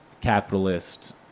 capitalist